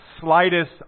slightest